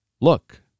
look